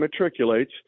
matriculates